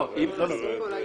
בדקת את הפיגום.